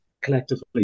collectively